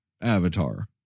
Avatar